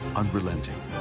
unrelenting